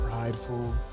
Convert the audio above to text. prideful